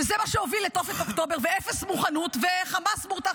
וזה מה שהוביל לתופת אוקטובר ואפס מוכנות ו"חמאס מורתע",